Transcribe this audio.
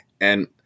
And-